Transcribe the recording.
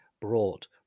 brought